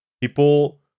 people